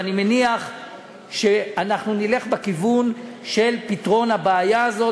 ואני מניח שאנחנו נלך בכיוון של פתרון הבעיה הזאת,